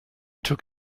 took